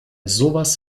sowas